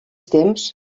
temps